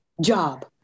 job